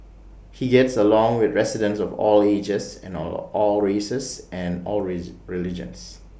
he gets along with residents of all ages and all all races and all religions